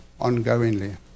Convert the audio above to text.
Ongoingly